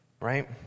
right